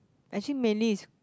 actually mainly is